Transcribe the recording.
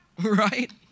Right